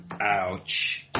Ouch